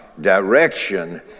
direction